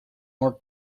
more